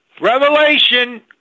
Revelation